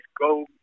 go